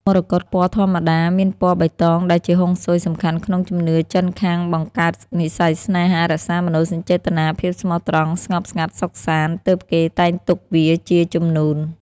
មរកតពណ៌ធម្មតាមានពណ៌បៃតងដែលជាហុងស៊ុយសំខាន់ក្នុងជំនឿចិនខាង បង្កើតនិស្ស័យស្នេហា រក្សាមនោសញ្ចេតនា ភាពស្មោះត្រង់ ស្ងប់ស្ងាត់សុខសាន្តទើបគេតែងទុកវាជាជំនួន។